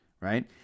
right